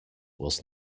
was